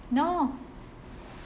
no